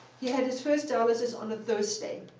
he had his first dialysis on a thursday,